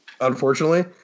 unfortunately